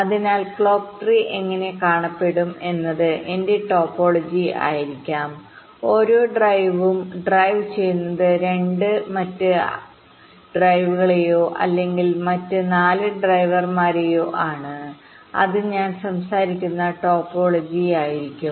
അതിനാൽ clock tree എങ്ങനെ കാണപ്പെടും എന്നത് എന്റെ ടോപ്പോളജി ആയിരിക്കും ഓരോ ഡ്രൈവറും ഡ്രൈവ് ചെയ്യുന്നത് 2 മറ്റ് ഡ്രൈവറുകളെയോ അല്ലെങ്കിൽ മറ്റ് 4 ഡ്രൈവർമാരെയോ ആണ് അത് ഞാൻ സംസാരിക്കുന്ന ടോപ്പോളജി ആയിരിക്കും